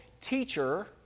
teacher